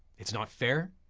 it's not fair,